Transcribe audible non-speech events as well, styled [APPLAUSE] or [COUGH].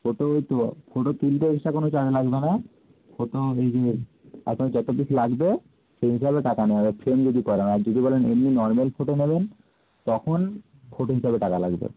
photo ওই তো photo তুলতে এক্সট্রা কোনো চার্জ লাগবে না ফটো এই [UNINTELLIGIBLE] আপনার যত পিস লাগবে সেই হিসাবে টাকা নেওয়া হবে ফ্রেম যদি করান আর যদি বলেন এমনি নর্মাল ফটো নেবেন তখন ফটো হিসাবে টাকা লাগবে